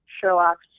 Sherlock